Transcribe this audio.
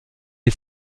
est